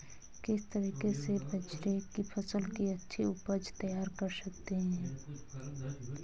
किस तरीके से बाजरे की फसल की अच्छी उपज तैयार कर सकते हैं?